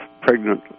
pregnant